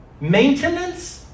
Maintenance